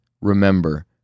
remember